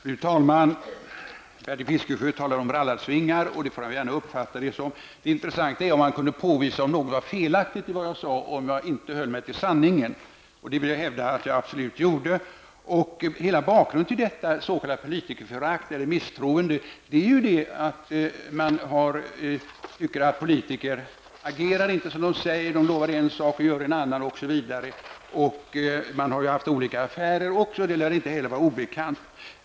Fru talman! Bertil Fiskesjö talar om rallarsvingar, och han får gärna uppfatta det så. Men det intressanta är om han kan påvisa något felaktigt i det jag sade eller att jag inte höll mig till sanningen. Jag vill hävda att jag absolut gjorde det. Bakgrunden till detta s.k. politikerförakt eller misstroende är att folk tycker att politiker inte agerar som de säger. De lovar en sak och gör en annan. Man har haft olika affärer också, vilket inte heller lär vara obekant.